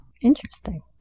Interesting